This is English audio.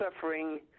suffering